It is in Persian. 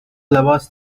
لباس